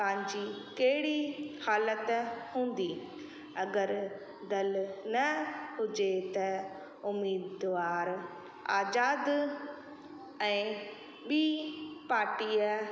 तव्हांजी कहिड़ी हालति हूंदी अगरि दल न हुजे त उमेदवारु आज़ाद ऐं ॿी पार्टीअ